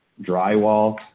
drywall